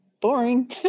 Boring